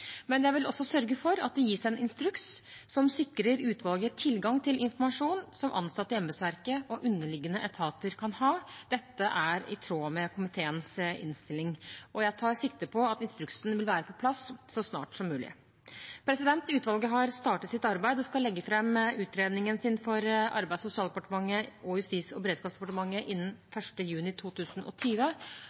Men jeg vil også sørge for at det gis en instruks som sikrer utvalget tilgang til informasjon som ansatte i embetsverket og underliggende etater kan ha. Dette er i tråd med komiteens innstilling. Jeg tar sikte på at instruksen vil være på plass så snart som mulig. Utvalget har startet sitt arbeid og skal legge fram utredningen sin for Arbeids- og sosialdepartementet og Justis- og beredskapsdepartementet innen 1. juni 2020.